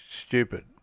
stupid